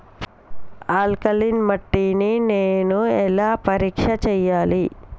Alkaline మట్టి ని నేను ఎలా పరీక్ష చేయాలి?